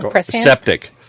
septic